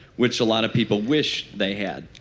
which a lot of people wish they had.